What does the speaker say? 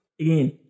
again